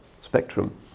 spectrum